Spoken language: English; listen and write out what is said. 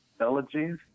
Elegies